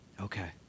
Okay